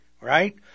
right